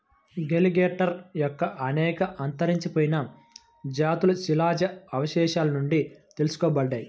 alligator యొక్క అనేక అంతరించిపోయిన జాతులు శిలాజ అవశేషాల నుండి తెలుసుకోబడ్డాయి